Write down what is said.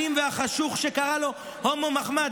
נגד האיש האלים והחשוך שקרא לו "הומו מחמד".